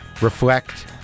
reflect